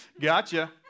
Gotcha